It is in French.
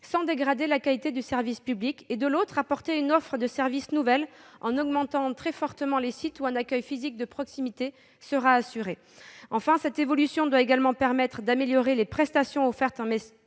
sans dégrader la qualité du service public ; de l'autre, fournir une offre de service nouvelle en augmentant très fortement les sites où un accueil physique de proximité sera assuré. Enfin, cette évolution doit permettre également d'améliorer les prestations offertes en